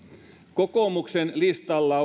kokoomuksen listalla